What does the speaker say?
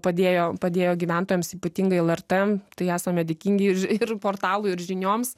padėjo padėjo gyventojams ypatingai lrt tai esame dėkingi ir ir portalui ir žinioms